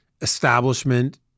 establishment